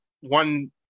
one